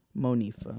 Monifa